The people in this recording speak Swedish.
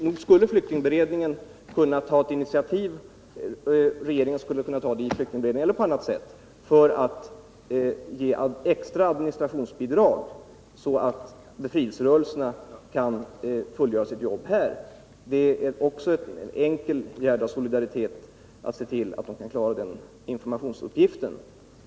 Nog skulle regeringen kunna ta ett initiativ i flyktingberedningen eller på annat sätt för att lämna extra administrationsbidrag, så att befrielserörelserna kan fullgöra sitt jobb här. Det är också en enkel gärd av solidaritet att se till att de kan klara den informationsuppgiften.